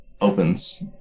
opens